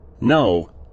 No